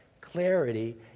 clarity